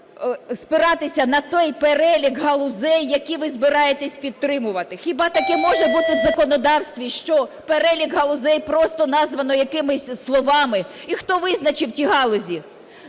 можна спиратись на той перелік галузей, які ви збираєтесь підтримувати? Хіба таке може бути в законодавстві, що перелік галузей просто названо якимись словами? І хто визначив ті галузі,